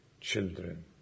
children